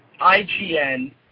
IGN